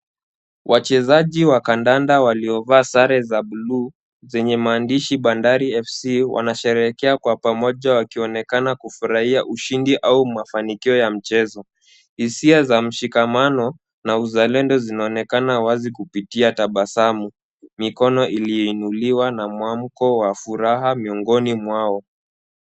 Wachezaji wa kandanda waliovaa sare za bluu zenye maandishi Bandari FC wanasherehekea kwa pamoja wakionekana kufurahia ushindi au mafanikio ya mchezo. Hisia za mshikamano na uzalendo zinaonekana wazi kupitia tabasamu, mikono iliinuliwa na mwamko wa furaha miongoni mwao.